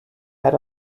head